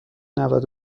نود